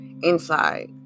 inside